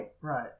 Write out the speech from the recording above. Right